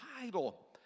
title